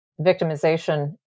victimization